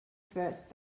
first